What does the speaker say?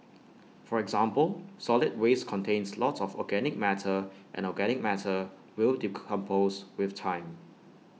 for example solid waste contains lots of organic matter and organic matter will decompose with time